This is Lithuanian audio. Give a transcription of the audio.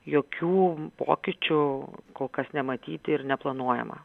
jokių pokyčių kol kas nematyti ir neplanuojama